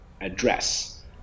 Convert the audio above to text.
address